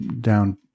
down